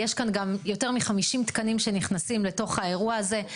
יש כאן יותר מ-50 תקנים שנכנסים לתוך האירוע הזה.